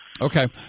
Okay